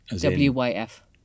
W-Y-F